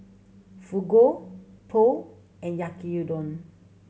Fugu Pho and Yaki Udon